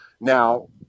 Now